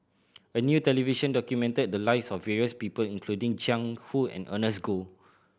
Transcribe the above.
a new television documented the lives of various people including Jiang Hu and Ernest Goh